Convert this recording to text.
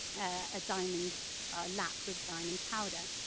a diamond lap with diamond powder.